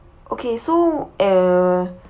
okay so uh